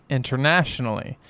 internationally